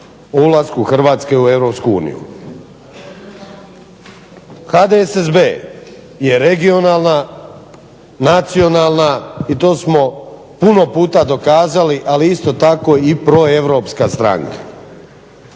ulasku Hrvatske u EU. HDSSB je regionalna, nacionalna i to smo puno puta dokazali ali isto tako i proeuropska stranka.